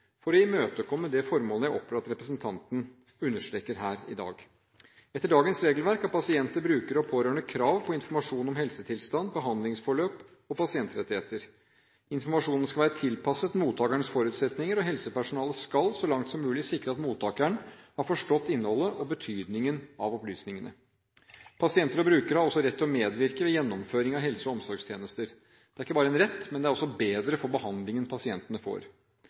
for å imøtekomme det formålet jeg oppfattet at representanten understreket her i dag. Etter dagens regelverk har pasienter, brukere og pårørende krav på informasjon om helsetilstand, behandlingsforløp og pasientrettigheter. Informasjonen skal være tilpasset mottakerens forutsetninger, og helsepersonalet skal, så langt det er mulig, sikre at mottakeren har forstått innholdet og betydningen av opplysningene. Pasienter og brukere har også rett til å medvirke ved gjennomføring av helse- og omsorgstjenester. Det er ikke bare en rett, men også bedre for behandlingen pasientene får.